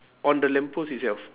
on the lamp post itself